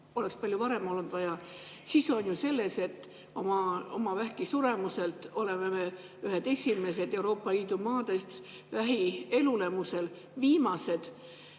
oleks olnud vaja palju varem. Sisu on ju selles, et oma vähki suremuselt oleme ühed esimesed Euroopa Liidu maadest, vähi elulemuselt viimased.